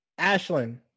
Ashlyn